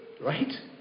right